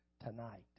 tonight